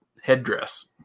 headdress